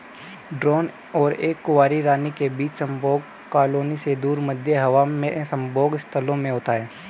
drone और एक कुंवारी रानी के बीच संभोग कॉलोनी से दूर, मध्य हवा में संभोग स्थलों में होता है